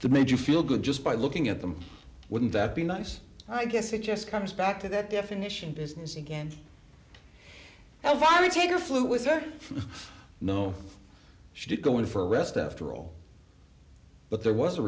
the made you feel good just by looking at them wouldn't that be nice i guess it just comes back to that definition business again as i would take her fluids or no she did go in for a rest after all but there was a